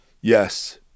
Yes